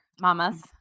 mamas